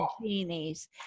genies